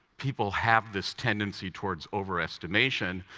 people have this tendency towards overestimation,